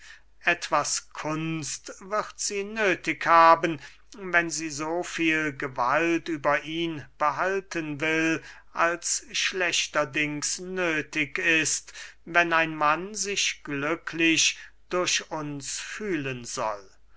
etwas kunst wird sie nöthig haben wenn sie so viel gewalt über ihn behalten will als schlechterdings nöthig ist wenn ein mann sich glücklich durch uns fühlen soll